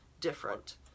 different